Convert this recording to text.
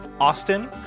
Austin